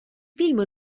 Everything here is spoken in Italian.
film